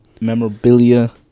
memorabilia